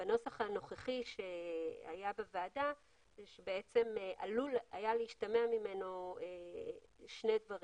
בנוסח הנוכחי שהיה בוועדה עלולים היו להשתמע ממנו שני דברים.